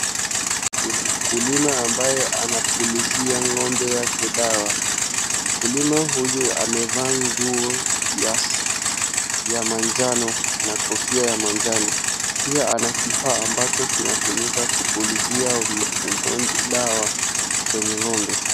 Kuna mkulima ambaye anapulizia ng'ombe yake dawa. Mkulima huyu amevaa nguo ya manjano na kofia ya manjano pia ana kifaa ambacho kinatumika kupulizia dawa kwenye ng'ombe.